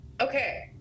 Okay